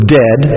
dead